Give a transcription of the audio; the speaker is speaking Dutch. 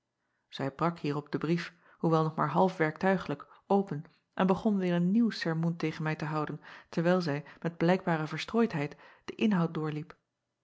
ij brak hierop den brief hoewel nog maar half werktuiglijk open en begon weêr een nieuw sermoen tegen mij te houden terwijl zij met blijkbare verstrooidheid den inhoud doorliep